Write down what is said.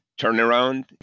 turnaround